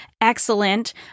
excellent